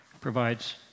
provides